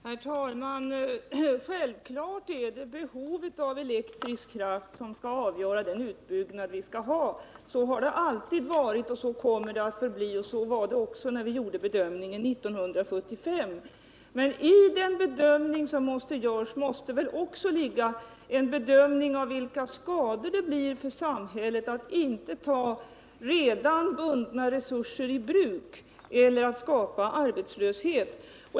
Herr talman! Självfallet är det behovet av elektrisk kraft som skall avgöra utbyggnaden. Så har det alltid varit, så kommer det att förbli och så var det också när vi gjorde bedömningen 1975. Men vid bedömningen måste man väl också ta hänsyn till vilka skador som uppstår för samhället, om man inte tar redan bundna resurser i bruk eller om man skapar arbetslöshet.